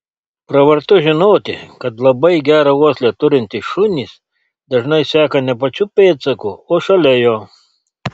pravartu žinoti kad labai gerą uoslę turintys šunys dažnai seka ne pačiu pėdsaku o šalia jo